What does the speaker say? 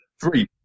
Three